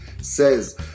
says